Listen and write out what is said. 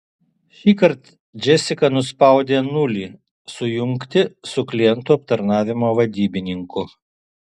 šįkart džesika nuspaudė nulį sujungti su klientų aptarnavimo vadybininku